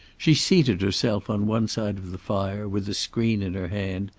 she seated herself on one side of the fire with a screen in her hand,